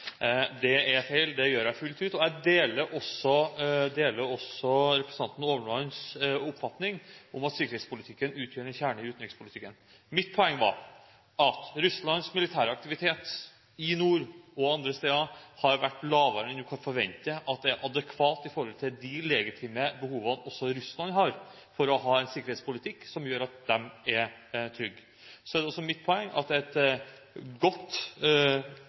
Det er feil, for det gjør jeg fullt ut, og jeg deler også representanten Åmlands oppfatning om at sikkerhetspolitikken utgjør en kjerne i utenrikspolitikken. Mitt poeng var at Russlands militære aktivitet i nord, og andre steder, har vært lavere enn man kunne forvente er adekvat i forhold til de legitime behovene som også Russland har for å ha en sikkerhetspolitikk som gjør at de er trygge. Så er det også mitt poeng at et godt